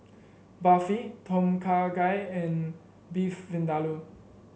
Barfi Tom Kha Gai and Beef Vindaloo